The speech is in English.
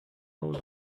old